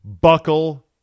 Buckle